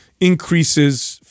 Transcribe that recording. increases